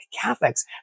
Catholics